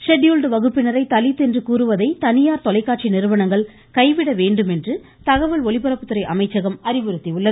scheduled வகுப்பினரை தலித் என்று கூறுவதை தனியார் தொலைக்காட்சி நிறுவனங்கள் கைவிட வேண்டும் என்று தகவல் ஒலிபரப்புத்துறை அமைச்சகம் அறிவுறுத்தியுள்ளது